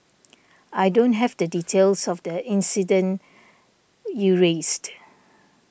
I don't have the details of the incident you raised